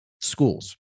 schools